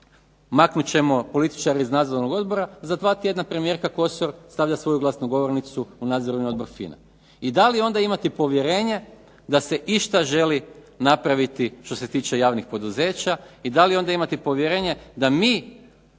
maknut ćemo političare iz nadzornog odbora, za 2 tjedna premijerka Kosor stavlja svoju glasnogovornicu u Nadzorni odbor FINA-e. I da li onda imati povjerenje da se išta želi napraviti što se tiče javnih poduzeća i da li onda imati povjerenje da mi